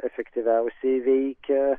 efektyviausiai veikia